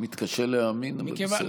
אני מתקשה להאמין, אבל בסדר.